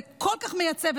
זה כל כך מייצב,